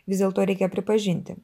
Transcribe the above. vis dėlto reikia pripažinti